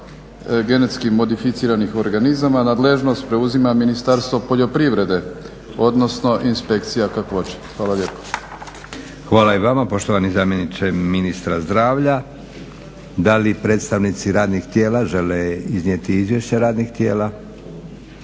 Hvala i vama poštovani zamjeniče ministra zdravlja. Da li predstavnici radnih tijela žele iznijeti izvješće radnih tijela?